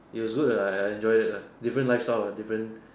it was good uh I enjoy it lah different lifestyle and different